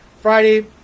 Friday